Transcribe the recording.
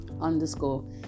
underscore